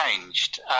changed